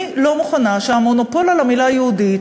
אני לא מוכנה שהמונופול על המילה "יהודית",